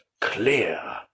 clear